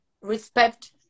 respect